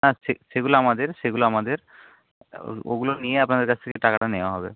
হ্যাঁ সেগুলো আমাদের সেগুলো আমাদের ওগুলো নিয়ে আপনাদের কাছ থেকে টাকাটা নেওয়া হবে